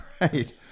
right